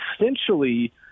essentially